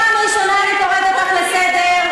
פעם ראשונה אני קוראת אותך לסדר.